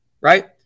right